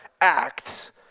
act